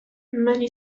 many